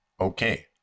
Okay